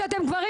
שמונה בעד,